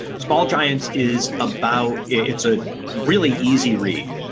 small giants is about it's a really easy read